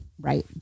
Right